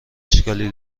اشکالی